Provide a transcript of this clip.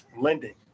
lending